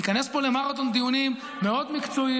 ניכנס פה למרתון דיונים מאוד מקצועי,